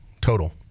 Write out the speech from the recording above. total